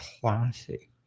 classy